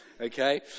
Okay